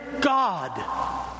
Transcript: God